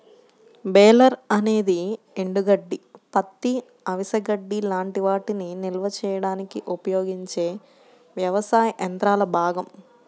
baler అనేది ఎండుగడ్డి, పత్తి, అవిసె గడ్డి లాంటి వాటిని నిల్వ చేయడానికి ఉపయోగించే వ్యవసాయ యంత్రాల భాగం